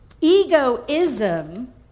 Egoism